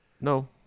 No